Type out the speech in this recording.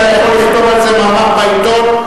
אתה יכול לכתוב על זה מאמר בעיתון.